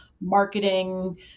marketing